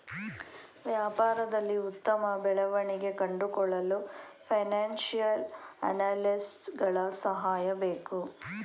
ವ್ಯಾಪಾರದಲ್ಲಿ ಉತ್ತಮ ಬೆಳವಣಿಗೆ ಕಂಡುಕೊಳ್ಳಲು ಫೈನಾನ್ಸಿಯಲ್ ಅನಾಲಿಸ್ಟ್ಸ್ ಗಳ ಸಹಾಯ ಬೇಕು